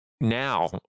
now